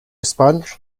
sponge